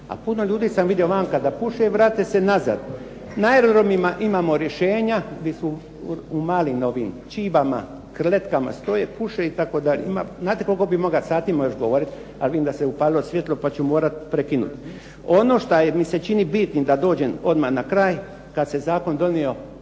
A puno ljudi sam vidio vanka da puše, vrate se nazad. Na aerodromima imamo rješenja gdje su u malim ovim ćibama, krletkama stoje, puše itd. Znate koliko bi moga, satima još govoriti, ali vidim da se upalilo svijetlo pa ću morati prekinuti. Ono šta mi se čini bitnim da dođem odmah na kraj, kad se zakon donio